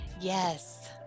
Yes